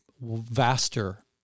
vaster